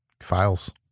Files